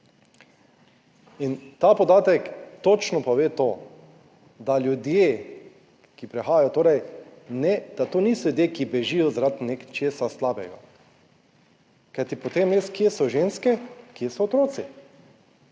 in ta podatek točno pove to, da ljudje, ki prihajajo, torej ne, da to niso ljudje, ki bežijo zaradi nečesa slabega. Kajti, potem res, kje so ženske, kje so otroci?